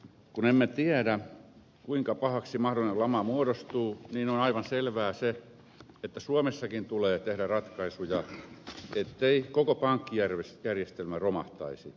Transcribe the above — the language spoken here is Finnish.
kun emme tiedä kuinka pahaksi mahdollinen lama muodostuu on aivan selvää se että suomessakin tulee tehdä ratkaisuja ettei koko pankkijärjestelmä romahtaisi